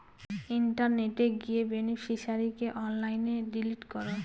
ইন্টারনেটে গিয়ে বেনিফিশিয়ারিকে অনলাইনে ডিলিট করো